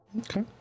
Okay